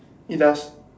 it does